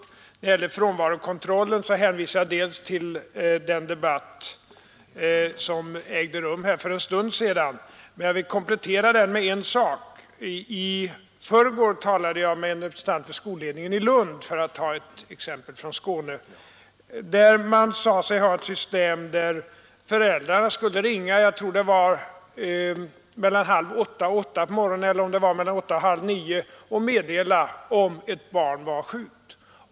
När det gäller frånvarokontrollen hänvisar jag till den debatt som ägde rum för en stund sedan, men jag vill något komplettera den. I förrgår talade jag med en representant för skolledningen i Lund, för att ta ett exempel från Skåne. Där har man det systemet att föräldrar skall ringa — jag tror det var mellan halv åtta och åtta eller mellan åtta och halv nio på morgonen — och meddela om ett barn var sjukt.